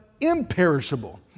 imperishable